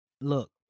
look